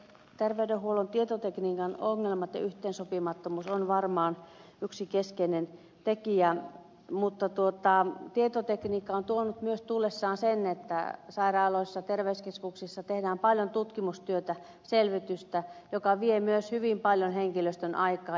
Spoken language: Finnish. terveydenhuollon tietotekniikan ongelmat ja yhteensopimattomuus on varmaan yksi keskeinen tekijä mutta tietotekniikka on tuonut myös tullessaan sen että sairaaloissa ja terveyskeskuksissa tehdään paljon tutkimustyötä selvitystä joka vie myös hyvin paljon henkilöstön aikaa